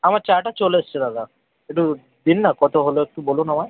আমার চাটা চলে এসেছে দাদা একটু দিন না কত হলো একটু বলুন আমায়